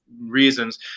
reasons